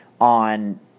on